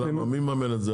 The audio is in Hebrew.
מי מממן את זה?